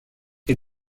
est